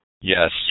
Yes